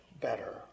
better